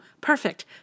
perfect